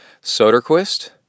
Soderquist